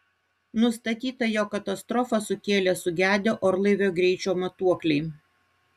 nustatyta jog katastrofą sukėlė sugedę orlaivio greičio matuokliai